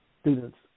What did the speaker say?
students